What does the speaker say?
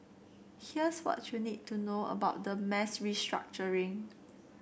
here's what you need to know about the mass restructuring